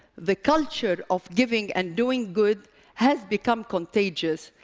the culture of giving and doing good has become contagious.